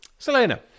Selena